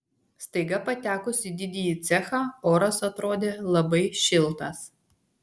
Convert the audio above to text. staiga patekus į didįjį cechą oras atrodė labai šiltas